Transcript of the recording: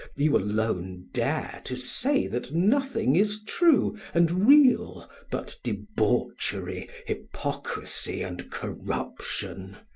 you alone dare to say that nothing is true and real but debauchery, hypocrisy and corruption.